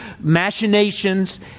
machinations